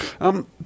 Um